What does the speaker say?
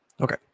Okay